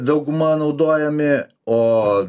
dauguma naudojami o